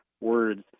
words